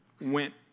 went